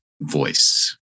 voice